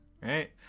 right